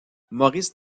maurice